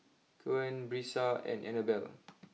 Coen Brisa and Annabelle